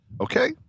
Okay